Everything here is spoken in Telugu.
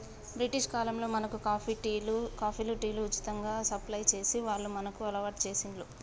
బ్రిటిష్ కాలంలో మనకు కాఫీలు, టీలు ఉచితంగా సప్లై చేసి వాళ్లు మనకు అలవాటు చేశిండ్లు